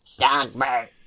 Dogbert